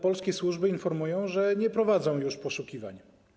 Polskie służby informują jednak, że nie prowadzą już poszukiwań.